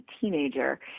teenager